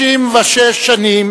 66 שנים